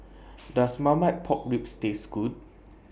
Does Marmite Pork Ribs Taste Good